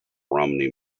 romney